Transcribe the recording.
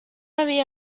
había